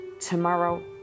Tomorrow